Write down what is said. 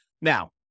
Now